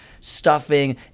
Stuffing